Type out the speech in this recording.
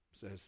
says